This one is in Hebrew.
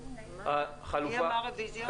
מי אמר רוויזיה?